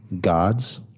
gods